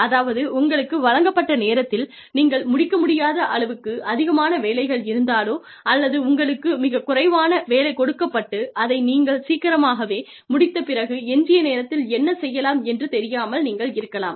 அதாவது உங்களுக்கு வழங்கப்பட்ட நேரத்தில் நீங்கள் முடிக்க முடியாத அளவுக்கு அதிகமான வேலைகள் இருந்தாலோ அல்லது உங்களுக்கு மிகக் குறைவான வேலை கொடுக்கப்பட்டு அதை நீங்கள் சீக்கிரமாகவே முடித்த பிறகு எஞ்சிய நேரத்தில் என்ன செய்யலாம் என்று தெரியாமல் நீங்கள் இருக்கலாம்